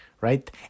right